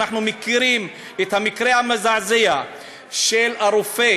אנחנו מכירים את המקרה המזעזע של הרופא